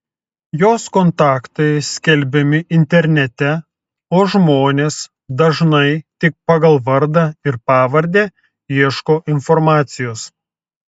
jos kontaktai skelbiami internete o žmonės dažnai tik pagal vardą ir pavardę ieško informacijos